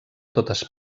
totes